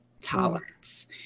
tolerance